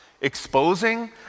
Exposing